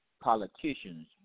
politicians